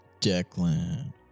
declan